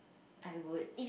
I would